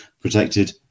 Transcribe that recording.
protected